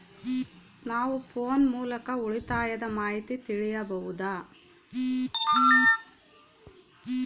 ನಾವು ಫೋನ್ ಮೂಲಕ ಉಳಿತಾಯದ ಮಾಹಿತಿ ತಿಳಿಯಬಹುದಾ?